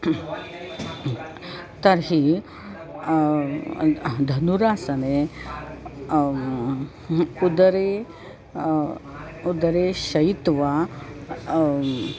तर्ही धनुरासने उदरे उदरे शयित्वा